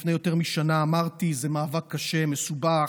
לפני יותר משנה אמרתי שזה מאבק קשה, מסובך.